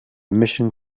emission